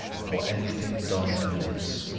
for anything done amiss.